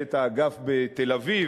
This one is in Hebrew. ומנהלת האגף בתל-אביב,